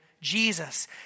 Jesus